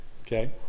Okay